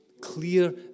clear